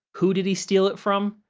who did he steal it from?